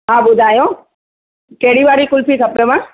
हा ॿुधायो कहिड़ी वारी कुल्फी खपेव